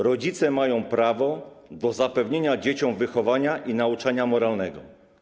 Rodzice mają prawo do zapewnienia dzieciom wychowania i nauczania moralnego.